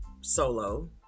solo